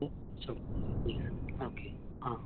जी सभु हा हा